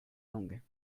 langues